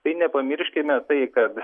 tai nepamirškime tai kad